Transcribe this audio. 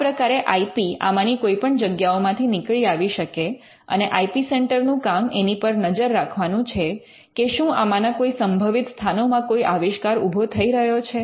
આ પ્રકારે I P આમાં ની કોઈપણ જગ્યાઓમાંથી નીકળી આવી શકે અને આઇ પી સેન્ટર નું કામ એની પર નજર રાખવાનું છે કે શું આમાંના કોઈ સંભવિત સ્થાનોમાં કોઈ આવિષ્કાર ઉભો થઈ રહ્યો છે